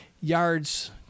yards